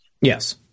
Yes